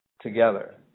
together